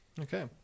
Okay